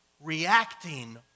reacting